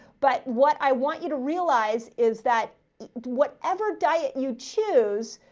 but what i want you to realize is that whatever diet you choose.